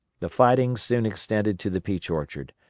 the fighting soon extended to the peach orchard,